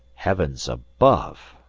heavens above!